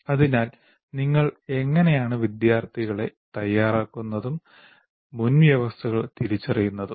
അതിനാൽ നിങ്ങൾ എങ്ങനെയാണ് വിദ്യാർത്ഥികളെ തയ്യാറാക്കുന്നതും മുൻവ്യവസ്ഥകൾ തിരിച്ചറിയുന്നതും